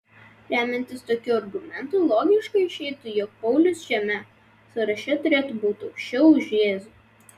remiantis tokiu argumentu logiškai išeitų jog paulius šiame sąraše turėtų būti aukščiau už jėzų